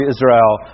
Israel